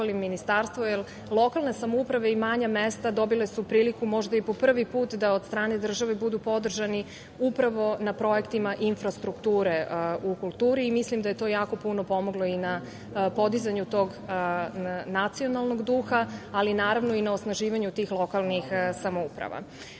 Ministarstvo, jer lokalne samouprave u manja mesta dobile su priliku možda i po prvi put da od strane države budu podržani upravo na projektima infrastrukture u kulturi. Mislim da je to jako puno pomoglo i na podizanju tog nacionalnog duha, ali i na osnaživanju tih lokalnih samouprava. Krupanj,